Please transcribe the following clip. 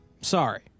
Sorry